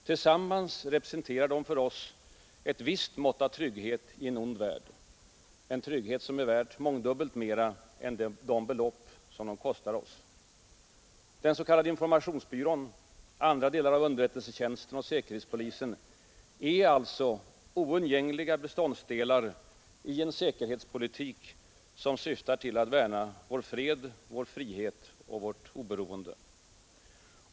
Tillsammans representerar de för oss ett visst mått av trygghet i en ond värld, en trygghet som är värd mångdubbelt mer än de belopp som den kostar oss. Den s.k. informationsbyrån, andra delar av underrättelsetjänsten och säkerhetspolisen är alltså oundgängliga beståndsdelar i en säkerhetspolitik som syftar till att värna vår fred, vår frihet och vårt oberoende.